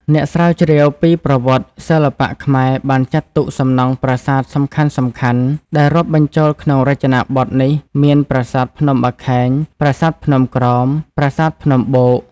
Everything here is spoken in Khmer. អ្នកស្រាវជ្រាវពីប្រវត្តិសិល្បៈខ្មែរបានចាត់ទុក សំណង់ ប្រាសាទសំខាន់ៗ ដែលរាប់បញ្ចូលក្នុងរចនាបថនេះមាន ប្រាសាទភ្នំបាខែង ប្រាសាទភ្នំក្រោម ប្រាសាទភ្នំបូក ។